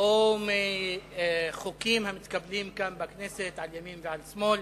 או מחוקים המתקבלים כאן בכנסת על ימין ועל שמאל